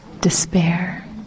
despair